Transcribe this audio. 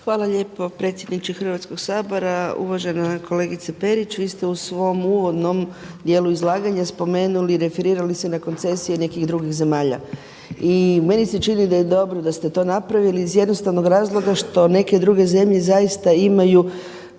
Hvala lijepo predsjedniče Hrvatskog sabora. Uvažena kolegice Perić. Vi ste u svom uvodnom dijelu izlaganja spomenuli i referirali se na koncesije nekih drugih zemalja. I meni se čini da je dobro da ste to napravili iz jednostavnog razloga što neke druge zemlje zaista imaju